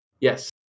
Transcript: Yes